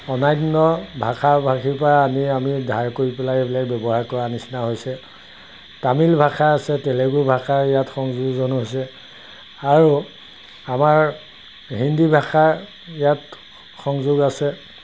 অন্যান্য ভাষা ভাষীৰ পৰা আনি আমি ধাৰ কৰি পেলাই এইবিলাক ব্যৱহাৰ কৰা নিচিনা হৈছে তামিল ভাষা আছে তেলেগু ভাষাৰ ইয়াত সংযোগো হৈছে আৰু আমাৰ হিন্দী ভাষা ইয়াত সংযোগ আছে